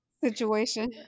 ...situation